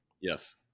Yes